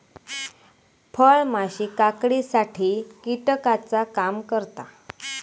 फळमाशी काकडीसाठी कीटकाचा काम करता